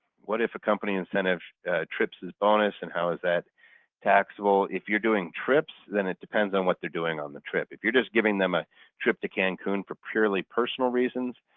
what if a company incentive trip's a bonus and how is that taxable? if you're doing trips then it depends on what they're doing on the trip. if you're just giving them a trip to cancun for purely personal reasons,